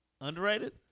Underrated